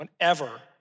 whenever